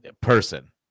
person